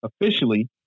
Officially